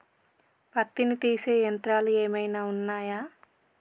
పత్తిని తీసే యంత్రాలు ఏమైనా ఉన్నయా?